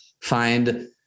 find